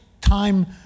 time